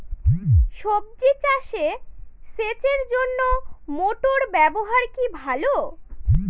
সবজি চাষে সেচের জন্য মোটর ব্যবহার কি ভালো?